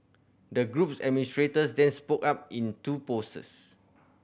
the group's administrators then spoke up in two poses